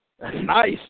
Nice